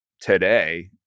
today